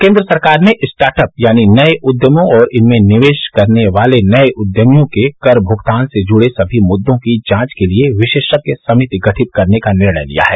केन्द्र सरकार ने स्टार्ट अप यानी नए उद्यमों और इनमें निवेश करने वाले नए उद्यमियों के कर भुगतान से जुड़े सभी मुद्दों की जांच के लिए विशेषज्ञ समिति गठित करने का निर्णय लिया है